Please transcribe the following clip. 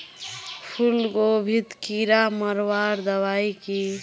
फूलगोभीत कीड़ा मारवार दबाई की?